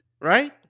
right